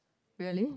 really